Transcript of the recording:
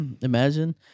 Imagine